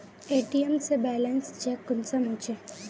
ATM से balance check कुंसम होचे?